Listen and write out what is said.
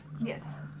Yes